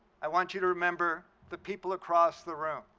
i want you to remember the people across the room.